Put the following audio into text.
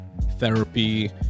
therapy